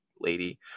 lady